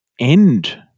end